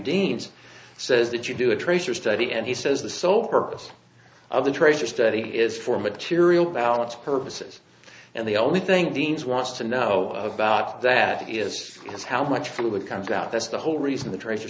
deans says that you do a tracer study and he says the sole purpose of the treasure study is for material balance purposes and the only thing deans wants to know about that is is how much food comes out that's the whole reason the tra